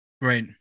Right